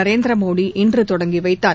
நரேந்திரமோடி இன்று தொடங்கி வைத்தார்